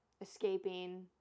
escaping